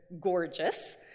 gorgeous